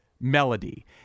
melody